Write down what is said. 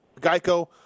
Geico